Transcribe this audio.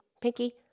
Pinky